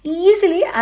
easily